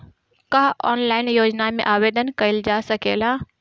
का ऑनलाइन योजना में आवेदन कईल जा सकेला?